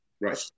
Right